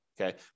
okay